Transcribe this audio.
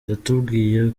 yatubwiye